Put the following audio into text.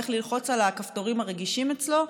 ואיך ללחוץ על הכפתורים הרגישים אצלו.